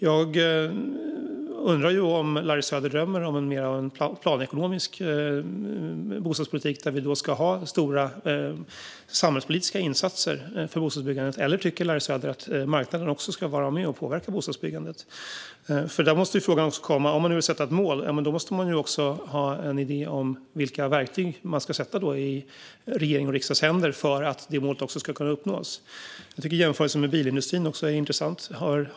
Jag undrar om Larry Söder drömmer om mer av en planekonomisk bostadspolitik med stora samhällspolitiska insatser för bostadsbyggandet, eller tycker Larry Söder att marknaden också ska vara med och påverka bostadsbyggandet? Om man nu vill sätta upp ett mål måste man ha en idé om vilka verktyg man ska sätta i regeringens och riksdagens händer för att målet ska kunna uppnås. Jag tycker också att jämförelsen med bilindustrin är intressant.